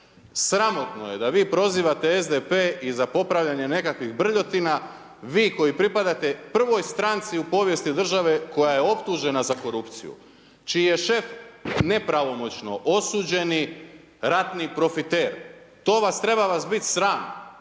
Sramotno je da vi prozivate SDP i za popravljanje nekakvih brljotina, vi koji pripadate prvoj stranci u povijesti države koja je optužena za korupciju, čiji je šef nepravomoćno osuđeni ratni profiter. To vas, treba vas biti sram.